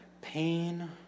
pain